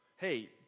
Hey